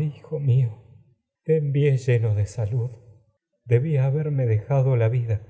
hijo mío te envié lleno de salud debía haberme dejado la vida